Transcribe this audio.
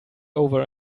over